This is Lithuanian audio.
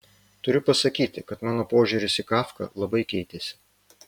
turiu pasakyti kad mano požiūris į kafką labai keitėsi